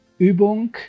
Übung